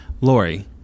Lori